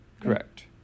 Correct